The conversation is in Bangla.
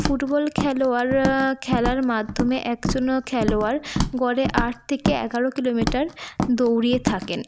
ফুটবল খেলোয়াড়রা খেলার মাধ্যমে একজনও খেলোয়াড় গড়ে আট থেকে এগারো কিলোমিটার দৌড়ে থাকেন